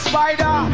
Spider